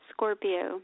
Scorpio